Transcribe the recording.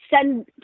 send